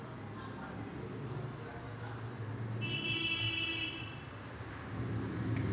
नूतनीकरणाचा वापर हा गृहकर्ज आणि तारणासाठी सर्वोत्तम व्याज दर आहे